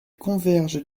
convergent